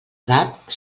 edat